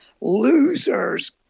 losers